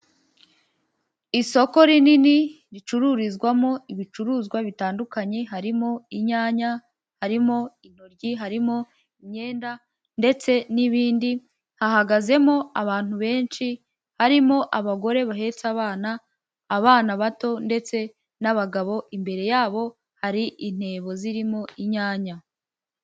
Isoko rinini ricururizwamo ibicuruzwa bitandukanye, harimo inyanya, harimo intoryi, harimo imyenda ndetse n'ibindi, hahagazemo abantu benshi, harimo abagore bahetse abana, abana bato ndetse n'abagabo, imbere yabo hari intebo zirimo inyanya.